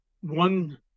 one